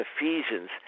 Ephesians